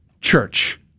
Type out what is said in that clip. church